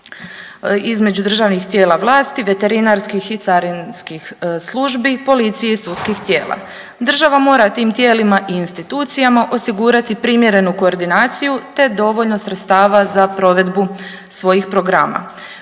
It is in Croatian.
između državnih tijela vlasti, veterinarskih i carinskih službi, policije i sudskih tijela. Država mora tim tijelima i institucijama osigurati primjerenu koordinaciju, te dovoljno sredstava za provedbu svojih programa.